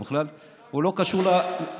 בכלל הוא לא קשור לאירוע,